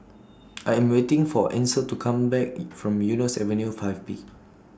I Am waiting For Ansel to Come Back from Eunos Avenue five B